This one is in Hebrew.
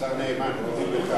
אדוני היושב-ראש,